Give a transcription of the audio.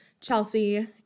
Chelsea